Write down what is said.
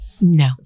no